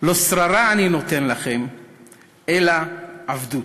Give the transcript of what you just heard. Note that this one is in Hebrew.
"לא שררה אני נותן לכם אלא עבדות".